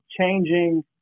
changing